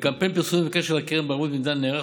קמפיין פרסומי בקשר לקרן בערבות מדינה נערך